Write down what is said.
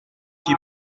qui